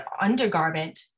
undergarment